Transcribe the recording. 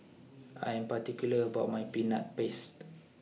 I Am particular about My Peanut Paste